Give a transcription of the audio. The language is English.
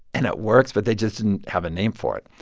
and it works, but they just didn't have a name for it.